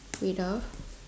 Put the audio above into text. wait ah